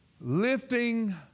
Lifting